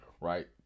Right